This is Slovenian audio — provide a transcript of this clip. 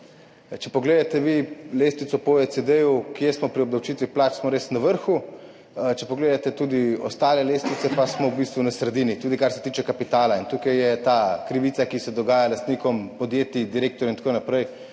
pogledate lestvico OECD, kje smo pri obdavčitvi plač, smo res na vrhu. Če pogledate tudi ostale lestvice, pa smo v bistvu na sredini, tudi kar se tiče kapitala. In tukaj je ta krivica, ki se dogaja lastnikom podjetij, direktorjev in tako naprej,